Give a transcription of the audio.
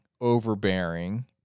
overbearing